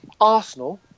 Arsenal